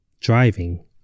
driving